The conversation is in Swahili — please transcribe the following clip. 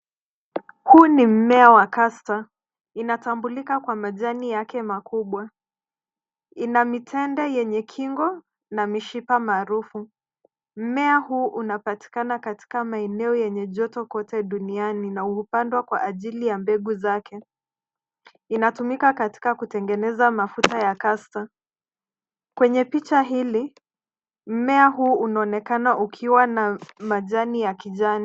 Huu ni mmea wa caster . Inatambulika kwa majani yake makubwa. Ina mitende yenye kingo na mishipa maarufu. Mmea huu unapatikana katika maeneo yenye joto kote duniani na hupandwa kwa ajili ya mbegu zake. Inatumika katika kutengeneza mafuta ya caster . Kwenye picha hili, mmea huu unaonekana ukiwa na majani ya kijani.